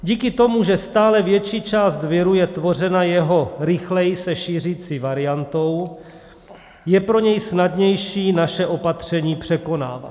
Díky tomu, že stále větší část viru je tvořena jeho rychleji se šířící variantou, je pro něj snadnější naše opatření překonávat.